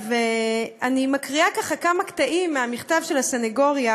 אני מקריאה כמה קטעים מהמכתב של הסנגוריה,